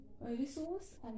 resource